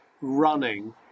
running